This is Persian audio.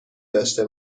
داشته